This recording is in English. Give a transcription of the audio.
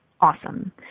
Awesome